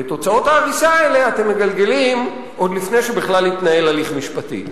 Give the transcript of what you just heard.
ואת הוצאות ההריסה האלה אתם מגלגלים עוד לפני שבכלל התנהל הליך משפטי.